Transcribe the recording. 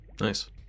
nice